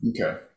Okay